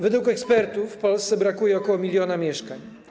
Według ekspertów w Polsce brakuje ok. 1 mln mieszkań.